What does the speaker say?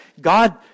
God